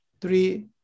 three